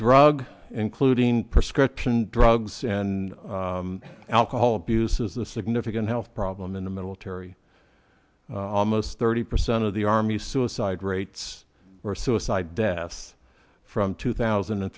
drug including prescription drugs and alcohol abuse is the significant health problem in the military almost thirty percent of the army suicide rates or suicide deaths from two thousand and